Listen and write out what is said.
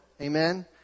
Amen